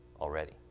already